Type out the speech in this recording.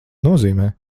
nozīmē